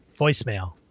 voicemail